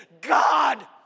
God